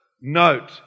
note